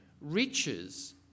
riches